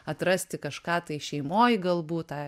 atrasti kažką tai šeimoj galbūt tą